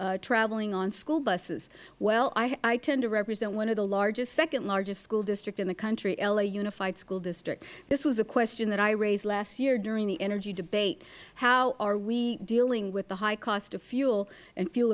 traveling on school buses well i tend to represent one of the largest second largest school district in the county la unified school district this was a question that i raised last year during the energy debate how we dealing with the high cost of fuel and fuel